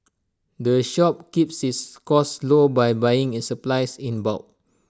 the shop keeps its costs low by buying its supplies in bulk